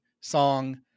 song